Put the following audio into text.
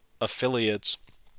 affiliates